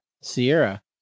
sierra